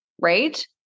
right